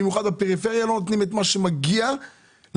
במיוחד בפריפריה לא נותנים את מה שמגיע לתושב.